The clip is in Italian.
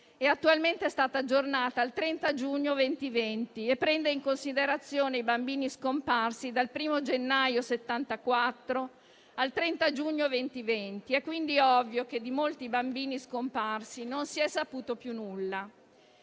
attualmente è stata aggiornata al 30 giugno 2020 e prende in considerazione i bambini scomparsi dal 1° gennaio 1974 al 30 giugno 2020. È quindi ovvio che di molti bambini scomparsi non si è saputo più nulla.